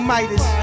Midas